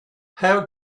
how